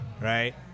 right